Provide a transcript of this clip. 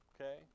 Okay